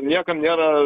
niekam nėra